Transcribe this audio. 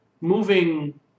moving